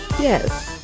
Yes